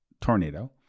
tornado